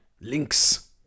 links